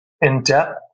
in-depth